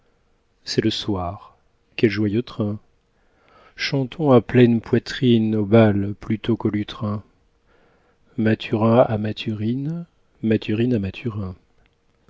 c'est le soir quel joyeux train chantons à pleine poitrine au bal plutôt qu'au lutrin mathurin a mathurine mathurine a mathurin